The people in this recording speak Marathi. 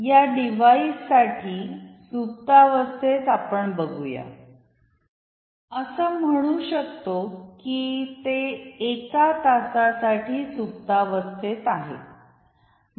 ह्या डिवाइस साठी सुप्तावस्थेत आपण बघू या असे म्हणू शकतॊ की ते एका तासासाठी सुप्तावस्थेत आहे